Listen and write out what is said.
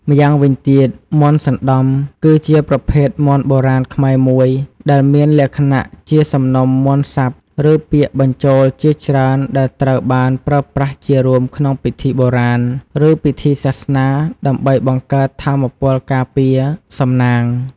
ម្យ៉ាងវិញទៀតមន្តសណ្ដំ គឺជាប្រភេទមន្តបុរាណខ្មែរមួយ ដែលមានលក្ខណៈជាសំណុំមន្តសព្ទ ឬពាក្យបញ្ចូលជាច្រើនដែលត្រូវបានប្រើប្រាស់ជារួមក្នុងពិធីបុរាណ ឬពិធីសាសនា ដើម្បីបង្កើតថាមពលការពារ សំណាង។